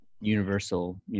universal